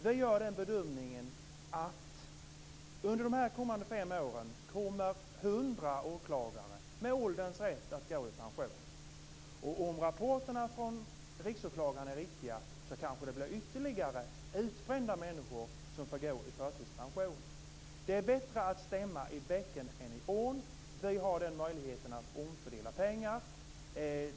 Vi gör den bedömningen att under de kommande fem åren kommer hundra åklagare med ålderns rätt att gå i pension. Om rapporterna från Riksåklagaren är riktiga kanske ytterligare utbrända människor får gå i förtidspension. Det är bättre att stämma i bäcken än i ån, och vi har möjligheten att omfördela pengar.